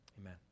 Amen